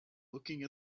looking